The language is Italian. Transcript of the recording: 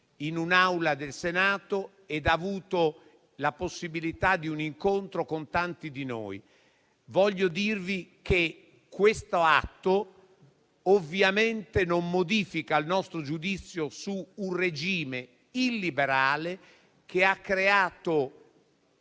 in un'Aula del Senato ed ha avuto la possibilità di un incontro con tanti di noi. Voglio dirvi che questo atto ovviamente non modifica il nostro giudizio su un regime illiberale, che ha creato